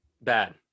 Bad